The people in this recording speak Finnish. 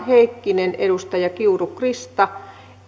heikkinen krista